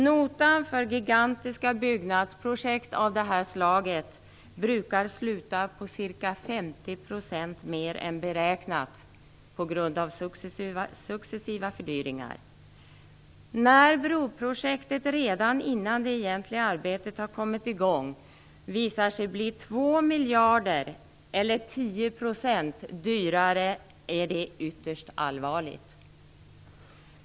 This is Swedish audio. Notan för gigantiska byggnadsprojekt av detta slag brukar sluta på ca 50 % mer än beräknat på grund av successiva fördyringar. Att broprojektet redan innan det egentliga arbetet har kommit i gång visar sig bli 2 miljarder eller 10 % dyrare är ytterst allvarligt.